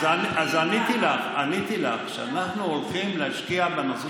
אז עניתי לך שאנחנו הולכים להשקיע בנושא